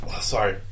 sorry